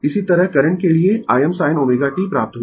इसी तरह करंट के लिए Im sin ω t प्राप्त हुआ